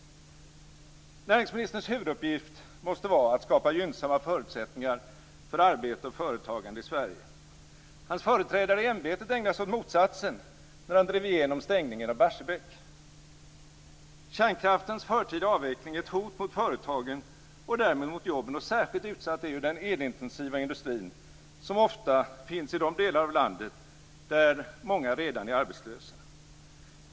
Näringsministerns huvuduppgift måste vara att skapa gynnsamma förutsättningar för arbete och företagande i Sverige. Hans företrädare i ämbetet ägnade sig åt motsatsen, när han drev igenom beslutet att stänga Barsebäck. Kärnkraftens förtida avveckling är ett hot mot företagen och därmed mot jobben. Särskilt utsatt är den elintensiva industrin, som ofta finns i de delar av landet där många redan är arbetslösa.